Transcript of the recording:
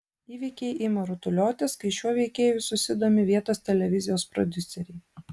įvykiai ima rutuliotis kai šiuo veikėju susidomi vietos televizijos prodiuseriai